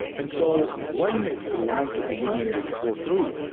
and so when it was announced that the union would go through,